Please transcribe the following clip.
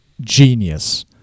genius